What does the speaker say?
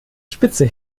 spitze